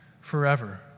forever